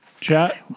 chat